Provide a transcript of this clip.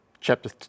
Chapter